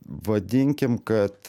vadinkim kad